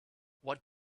what